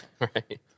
right